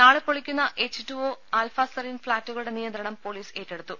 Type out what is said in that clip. നാളെ പൊളിക്കുന്ന H two O Alfa Serene ഫ്ളാറ്റുകളുടെ നിയന്ത്രണം പൊലീസ് ഏറ്റെടുത്തു